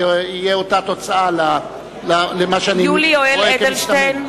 זו תהיה אותה תוצאה במה שאני רואה שכמסתמן.